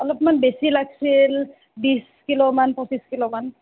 অলপমান বেছি লাগছিল বিছ কিলোমান পঁচিছ কিলোমান